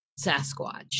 sasquatch